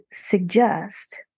suggest